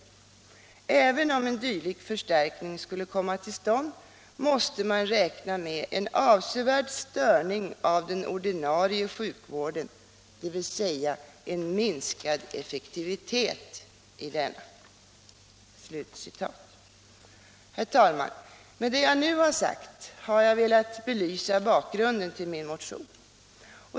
Även om en dylik förstärkning skulle komma till stånd måste man räkna med en avsevärd störning av den ordinarie sjukvården, dvs. en minskad effektivitet i denna.” Herr talman! Med det jag nu har sagt har jag velat belysa bakgrunden till min motion.